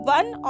one